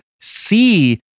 see